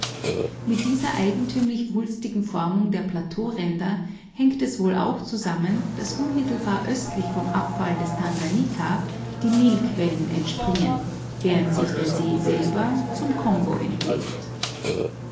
mit dieser eigentümlichen wulstigen formung der plateauränder hängt es wohl auch zusammen daß unmittelbar östlich vom abfall des tanganika die nilquellen entspringen während sich der see selbst zum kongo entleert